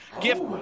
gift